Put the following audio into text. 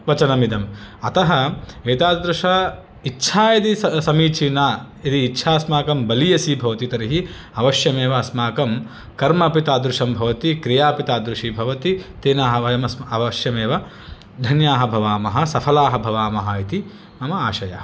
वचनमिदम् अतः एतादृश इच्छा यदि स समीचीना यदि इच्छा अस्माकं बलीयसी भवति तर्हि अवश्यमेव अस्माकं कर्मापि तादृशं भवति क्रियापि तादृशी भवति तेन अह वयमस् अवश्यमेव धन्याः भवामः सफलाः भवामः इति मम आशयः